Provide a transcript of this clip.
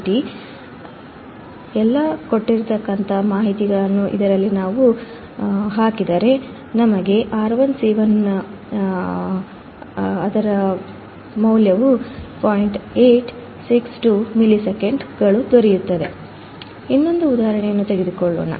862 ms ಇನ್ನೊಂದು ಉದಾಹರಣೆಯನ್ನು ತೆಗೆದುಕೊಳ್ಳೋಣ